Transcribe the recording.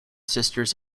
sisters